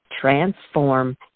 transform